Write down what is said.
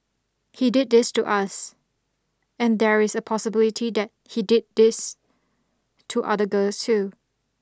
he did this to us and there is a possibility that he did it this to other girls too